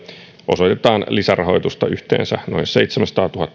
osoitetaan lisärahoitusta yhteensä noin seitsemänsataatuhatta euroa palveluiden kehittämiseen